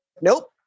Nope